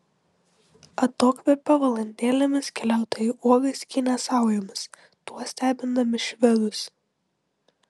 atokvėpio valandėlėmis keliautojai uogas skynė saujomis tuo stebindami švedus